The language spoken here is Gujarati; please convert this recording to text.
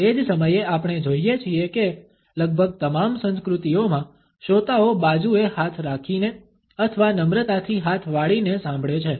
તે જ સમયે આપણે જોઈએ છીએ કે લગભગ તમામ સંસ્કૃતિઓમાં શ્રોતાઓ બાજુએ હાથ રાખીને અથવા નમ્રતાથી હાથ વાળીને સાંભળે છે